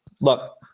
Look